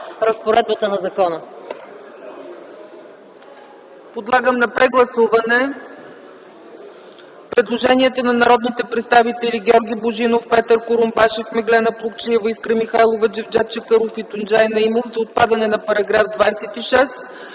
разпоредбата на закона.